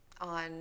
on